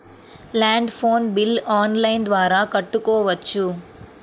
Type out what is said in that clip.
Land phone bill online ద్వారా కట్టుకోవచ్చు?